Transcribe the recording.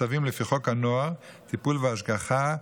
צווים לפי חוק הנוער (טיפול והשגחה),